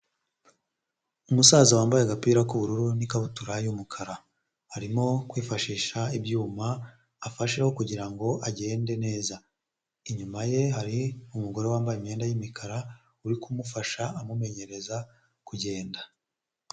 Umusaza wambaye agapira k'ubururu n'ikabutura y'umukara arimo kwifashisha ibyuma afashe kugirango agende neza, inyuma ye hari umugore wambaye imyenda y'umukara uri kumufasha amumenyereza kugenda.